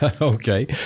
Okay